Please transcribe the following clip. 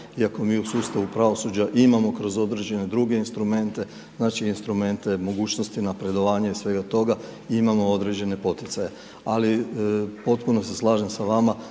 iako mi u sustavu pravosuđa imamo kroz određene druge instrumente, instrumente mogućnosti napredovanja i svega toga imamo određene poticaje. Ali, postupno se slažem s vama